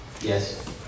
Yes